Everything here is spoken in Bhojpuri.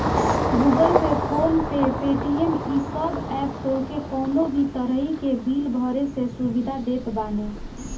Google pay, phone pay, Paytm इ सब एप्प तोहके कवनो भी तरही के बिल भरे के सुविधा देत बाने